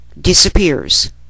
disappears